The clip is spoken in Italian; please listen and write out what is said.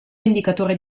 indicatore